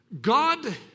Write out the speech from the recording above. God